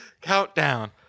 countdown